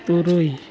ᱛᱩᱨᱩᱭ